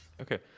okay